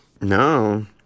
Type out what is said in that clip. No